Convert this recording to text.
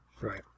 Right